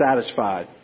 satisfied